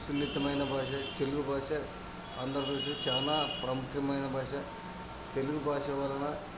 సున్నితమైన భాష తెలుగు భాష ఆంధ్రప్రదేశ్లో చాలా ప్రాముఖ్యమైన భాష తెలుగు భాష వలన